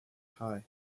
high